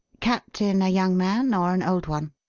captain a young man or an old one?